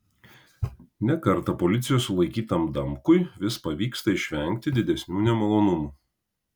ne kartą policijos sulaikytam damkui vis pavyksta išvengti didesnių nemalonumų